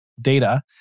data